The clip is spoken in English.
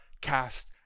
cast